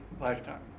lifetime